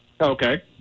Okay